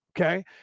okay